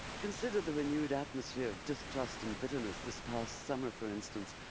consider the renewed atmosphere of distrust and bitterness this past summer, for instance,